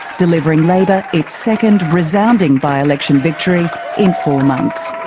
delivering labor its second resounding by-election victory in four months.